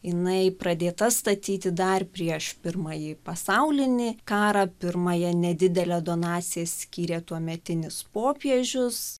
jinai pradėta statyti dar prieš pirmąjį pasaulinį karą pirmąją nedidelę donaciją skyrė tuometinis popiežius